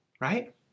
right